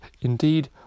Indeed